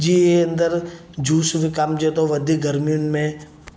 जीअं अंदरि जूस विकामिजे थो वधीकु गरमियुनि में